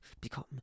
become